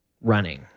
Running